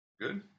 Good